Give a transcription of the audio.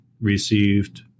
received